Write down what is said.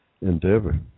endeavor